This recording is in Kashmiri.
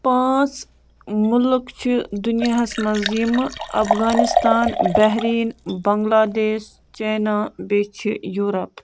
پانٛژھ مُلک چھِ دُنیاہَس منٛز یِمہٕ افغانِستان بہریٖن بنگلادیش چاینا بیٚیہِ چھِ یوٗرَپ